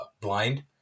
blind